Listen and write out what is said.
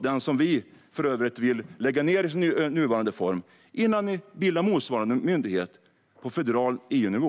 den som vi för övrigt vill lägga ned i nuvarande form, innan ni bildar motsvarande myndighet på federal EU-nivå.